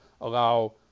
allow –